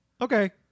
okay